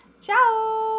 ciao